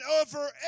over